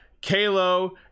Kalo